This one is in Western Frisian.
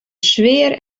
sfear